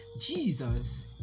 Jesus